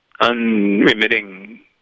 unremitting